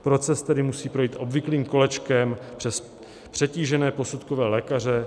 Proces tedy musí projít obvyklým kolečkem přes přetížené posudkové lékaře.